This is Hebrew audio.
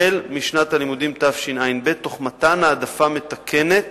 החל משנת הלימודים תשע"ב, תוך מתן העדפה מתקנת